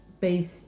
based